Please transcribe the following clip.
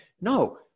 No